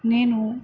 నేను